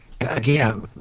Again